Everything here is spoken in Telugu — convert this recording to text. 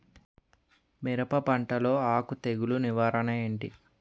మిరప పంటలో ఆకు తెగులు నివారణ ఏంటి?